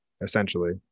essentially